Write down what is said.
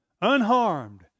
unharmed